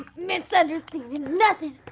misunderstandings nothing,